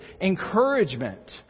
encouragement